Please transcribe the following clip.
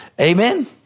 Amen